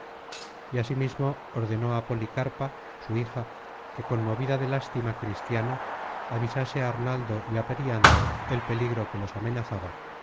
y asimismo ordenó á policarpa su hija que conmovida de lástima cristiana avisase á arnaldo y á periandro el peligro que los amenazaba